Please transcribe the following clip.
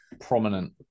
prominent